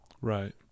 Right